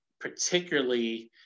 particularly